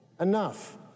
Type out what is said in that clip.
Enough